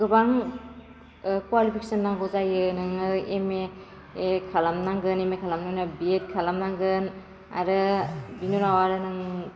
गोबां कवालिफिकेसन नांगौ जायो नोङो एम ए खालामनांगोन एम ए खालामनायनि उनाव बि एड खालामनांगोन आरो बिनि उनाव आरो नों